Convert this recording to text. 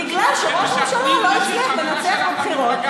בגלל שראש הממשלה לא הצליח לנצח בבחירות,